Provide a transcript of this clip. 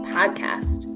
Podcast